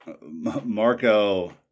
Marco